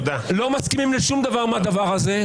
לא מסכימים לשום דבר מהדבר הזה,